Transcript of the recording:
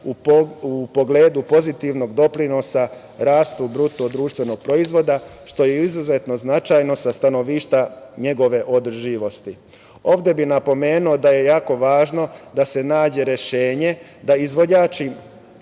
u pogledu pozitivnog doprinosa rastu bruto društvenog proizvoda, što je izuzetno značajno sa stanovišta njegove održivosti. Ovde bih napomenuo da je jako važno da se nađe rešenje da izvođači